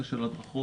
ציוד של רתכות.